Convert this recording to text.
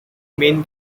main